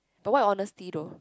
but why honesty tough